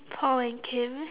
paul and kim